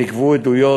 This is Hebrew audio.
נגבו עדויות,